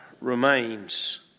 remains